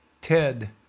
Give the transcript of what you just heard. Ted